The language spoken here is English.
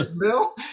Bill